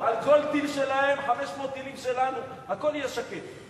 על כל טיל שלהם, 500 טילים שלנו, הכול יהיה שקט.